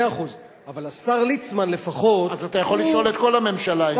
אז אתה יכול לשאול את כל הממשלה.